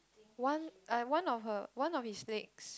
one like one of her one of his legs